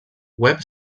web